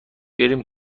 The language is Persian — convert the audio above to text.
بریم